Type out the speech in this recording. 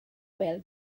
bêl